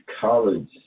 College